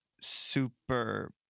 super